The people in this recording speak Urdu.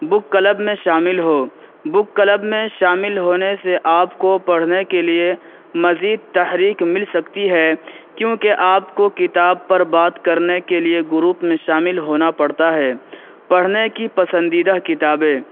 بک کلب میں شامل ہوں بک کلب میں شامل ہونے سے آپ کو پڑھنے کے لیے مزید تحریک مل سکتی ہے کیوںکہ آپ کو کتاب پر بات کرنے کے لیے گروپ میں شامل ہونا پڑتا ہے پڑھنے کی پسندیدہ کتابیں